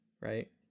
right